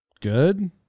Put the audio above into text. good